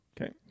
okay